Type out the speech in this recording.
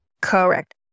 Correct